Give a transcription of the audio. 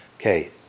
Okay